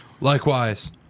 Likewise